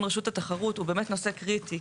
רשות התחרות הוא באמת נושא קריטי.